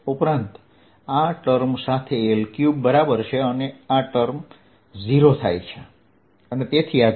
ઉપરાંત આ ટર્મ સાથે L3 બરાબર છે અને આ ટર્મ 0 થાય છે તેથી આ જવાબ છે